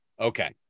Okay